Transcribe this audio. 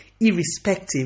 irrespective